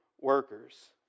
workers